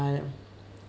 uh